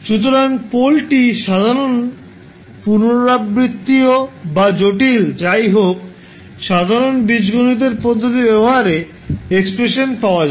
সুতরাং পোলটি সাধারণ পুনরাবৃত্তিয় বা জটিল যাই হোক সাধারণ বীজগণিতের পদ্ধতি ব্যবহারে এক্সপ্রেশান পাওয়া যাবে